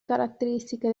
caratteristiche